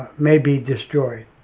may be destroyed.